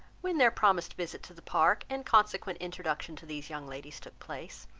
when their promised visit to the park and consequent introduction to these young ladies took place,